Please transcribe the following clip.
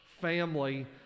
family